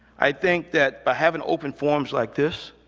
i think that by having open forums like this,